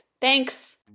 Thanks